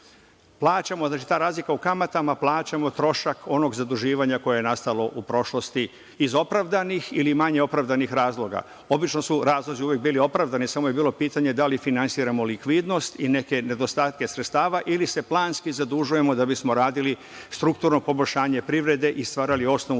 suficitu. Znači, ta razlika u kamatama, plaćamo trošak onog zaduživanja koje je nastalo u prošlosti, iz opravdanih ili manje opravdanih razloga. Obično su razlozi uvek bili opravdani, samo je bilo pitanje da li finansiramo likvidnost i neke nedostatke sredstava ili se planski zadužujemo da bismo radili strukturno poboljšanje privrede i stvarali osnovu